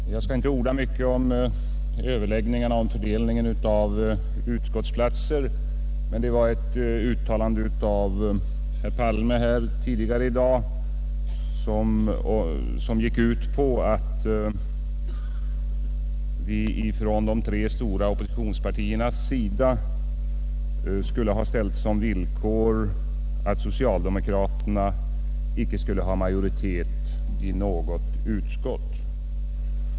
Herr talman! Jag skall inte orda mycket om överläggningarna angående fördelningen av utskottsplatser. Men ett uttalande av herr Palme tidigare i dag gick ut på att vi från de tre stora oppositionspartierna skulle ha ställt som villkor att socialdemokraterna icke skulle ha majoritet i något utskott.